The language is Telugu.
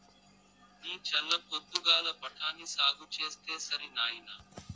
నీ చల్ల పొద్దుగాల బఠాని సాగు చేస్తే సరి నాయినా